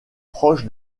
proche